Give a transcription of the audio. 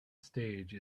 stage